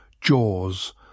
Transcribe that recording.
Jaws